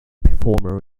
performer